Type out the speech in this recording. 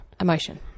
emotion